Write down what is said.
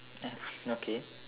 okay